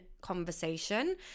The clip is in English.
conversation